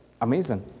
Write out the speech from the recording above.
Amazing